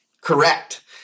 correct